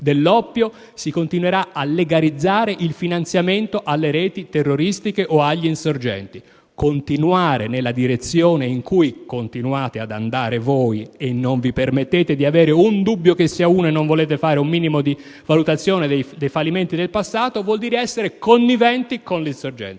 dell'oppio, si continuerà a legalizzare il finanziamento alle reti terroristiche o agli insorgenti. Persistere nella direzione in cui continuate ad andare voi (che senza porvi alcun dubbio rifiutate di fare una minima valutazione dei fallimenti del passato) vuol dire essere conniventi con l'insorgenza.